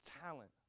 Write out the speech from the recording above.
talent